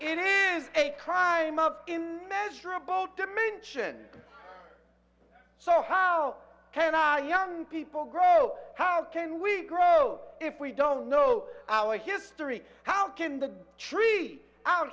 it is a crime of immeasurable dimension so how can our young people grow how can we grow if we don't know our history how can the tree out